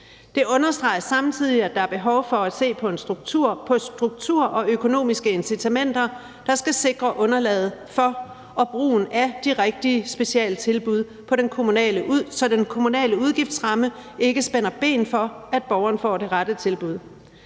Det understreges samtidig, at der er behov for at se på struktur og økonomiske incitamenter, der kan sikre underlaget for og brugen af de rigtige specialtilbud, så den kommunale udgiftsramme ikke spænder ben for, at borgeren får det rette tilbud.